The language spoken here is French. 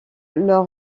leur